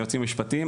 היועצים המשפטיים.